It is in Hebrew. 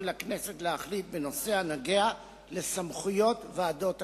לכנסת להחליט בנושא הקשור לסמכויות ועדות הכנסת.